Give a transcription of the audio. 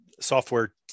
software